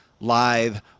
live